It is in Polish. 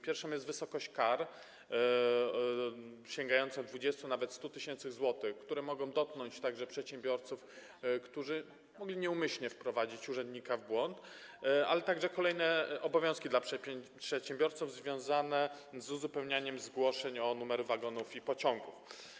Pierwszym jest wysokość kar sięgających 20 tys. zł, a nawet 100 tys. zł, które mogą dotknąć także przedsiębiorców, którzy mogli nieumyślnie wprowadzić urzędnika w błąd, ale to także kolejne obowiązki dla przedsiębiorców związane z uzupełnianiem zgłoszeń o numery wagonów i pociągów.